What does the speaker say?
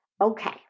Okay